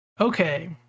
Okay